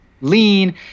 lean